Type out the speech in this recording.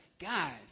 guys